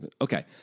okay